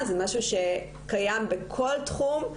זה משהו שקיים בכל תחום,